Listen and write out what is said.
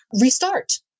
restart